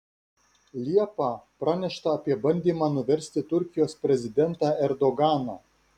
liepą pranešta apie bandymą nuversti turkijos prezidentą erdoganą